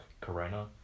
corona